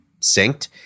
synced